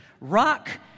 rock